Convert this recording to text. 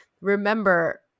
remember